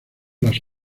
las